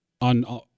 on